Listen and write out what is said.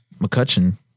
McCutcheon